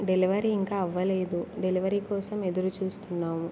delivery ఇంకా అవ్వలేదు delivery కోసం ఎదురు చూస్తున్నాము